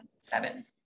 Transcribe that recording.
seven